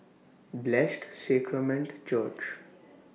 Blessed Sacrament Church